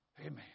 Amen